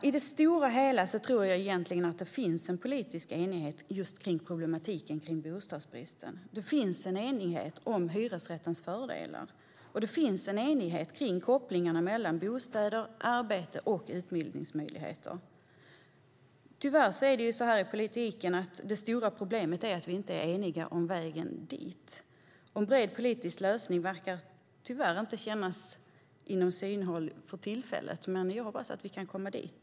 I det stora hela tror jag egentligen att det finns en politisk enighet kring problematiken med bostadsbristen. Det finns en enighet om hyresrättens fördelar och kopplingarna mellan bostäder, arbete och utbildningsmöjligheter. Tyvärr är det stora problemet i politiken att vi inte är eniga om vägen dit. En bred politisk lösning verkar tyvärr inte finnas inom synhåll för tillfället, men jag hoppas att vi kan komma dit.